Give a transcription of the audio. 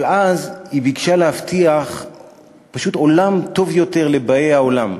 אבל אז היא ביקשה להבטיח פשוט עולם טוב יותר לבאי העולם.